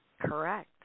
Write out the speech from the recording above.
Correct